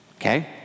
okay